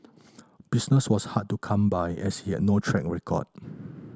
business was hard to come by as he had no track record